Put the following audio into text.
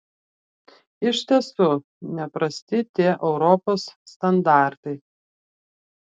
iš tiesų neprasti tie europos standartai